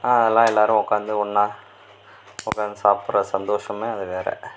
அதெல்லாம் எல்லாரும் உட்காந்து ஒன்றா உட்காந்து சாப்பிட்ற சந்தோசமே அது வேற